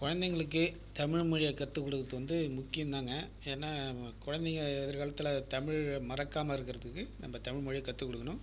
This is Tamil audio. குழந்தைங்களுக்கு தமிழ் மொழியை கற்றுக்கொடுக்றது வந்து முக்கியோம் தாங்க ஏன்னால் குழந்தைங்க எதிர்காலத்தில் தமிழ் மறக்காமல் இருக்கிறத்துக்கு நம்ம தமிழ் மொழியை கற்றுக் கொடுக்கணும்